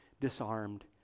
disarmed